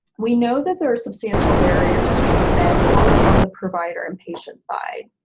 we know that there are substantial barriers to treatment, both on the provider and patient side.